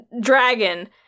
dragon